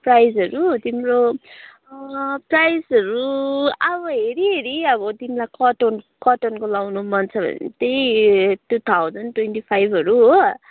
साइजहरू तिम्रो साइजहरू अब हेरी हेरी अब तिमीलाई कटन कटनको लगाउनु मन छ भने त्यही टु थाउजन ट्वेन्टी फाइभहरू हो